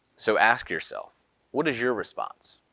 so, ask yourself what is your response?